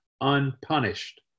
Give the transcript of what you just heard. unpunished